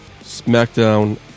SmackDown